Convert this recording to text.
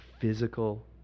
physical